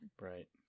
Right